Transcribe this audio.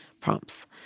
prompts